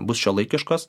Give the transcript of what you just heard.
bus šiuolaikiškos